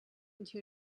into